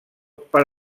per